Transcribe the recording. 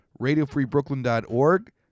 radiofreebrooklyn.org